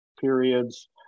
periods